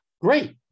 great